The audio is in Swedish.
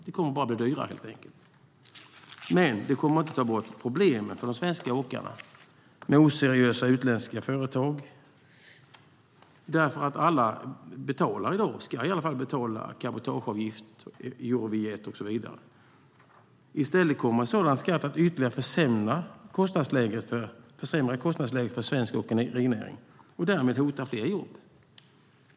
Det kommer bara att bli dyrare, helt enkelt, men det kommer inte att ta bort problemen för de svenska åkarna med oseriösa utländska företag därför att alla ska betala cabotageavgift, Euro VI och så vidare. I stället kommer en sådan skatt att ytterligare försämra kostnadsläget för svensk åkerinäring och därmed hota fler jobb.